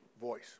voice